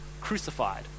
crucified